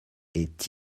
est